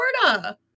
Florida